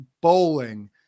bowling